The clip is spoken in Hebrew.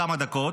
לכמה דקות.